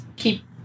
keep